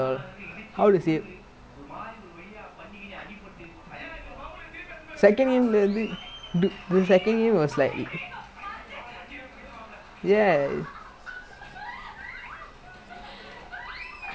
ya I think he considered like total maybe is that our game not second game lah maybe ஒரு அஞ்சு:oru anju goal and three of them is like unavoidable so ya that's like way better than like it legit say a lot lah that's why